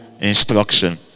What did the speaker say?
instruction